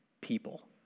people